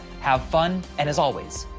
have fun and as always,